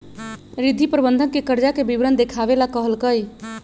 रिद्धि प्रबंधक के कर्जा के विवरण देखावे ला कहलकई